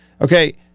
Okay